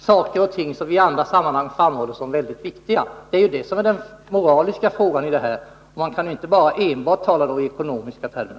sådant som vi i andra sammanhang framhåller som mycket viktigt? Det är det som är den moraliska frågan. Man kan inte enbart tala i ekonomiska termer.